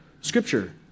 Scripture